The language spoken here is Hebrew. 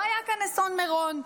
לא היה כאן אסון מירון,